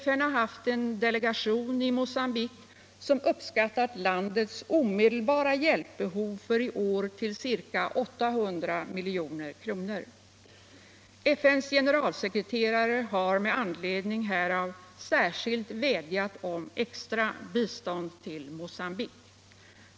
FN har haft en delegation i Mogambique som uppskattat landets omedelbara hjälpbehov för i år till ca 800 milj.kr. FN:s generalsckreterare har med anledning härav särskilt vädjat om extra bistånd till Mocgambique.